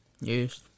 Yes